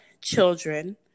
children